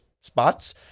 spots